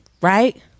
Right